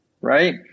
Right